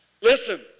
Listen